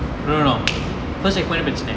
no no first checkpoint தான் பிரச்சணை:thaan pirachanai